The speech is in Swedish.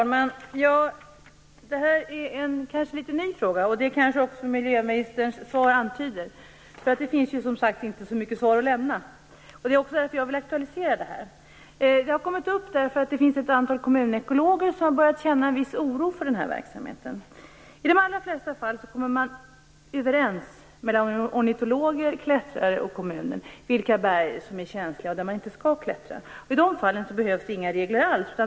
Herr talman! Det här är kanske en ny fråga. Det antyder kanske också miljöministerns svar, eftersom det inte finns så mycket svar att lämna. Det är därför som jag vill aktualisera detta. Frågan har kommit upp därför att det finns ett antal kommunekologer som börjat känna en viss oro för denna verksamhet. I de allra flesta fall kommer man överens mellan ornitologer, klättrare och kommuner vilka berg som är känsliga och där man inte skall klättra. I dessa fall behövs inga regler alls.